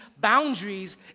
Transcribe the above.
boundaries